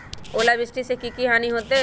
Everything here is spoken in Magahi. ओलावृष्टि से की की हानि होतै?